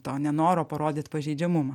to nenoro parodyt pažeidžiamumą